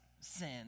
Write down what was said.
sin